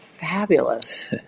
fabulous